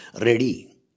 ready